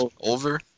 over